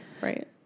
right